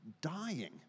dying